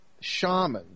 shamans